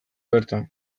bertan